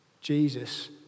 Jesus